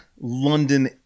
London